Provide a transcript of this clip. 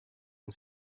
and